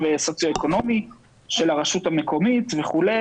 סוציואקונומי של הרשות המקומית וכו'.